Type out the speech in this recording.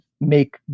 make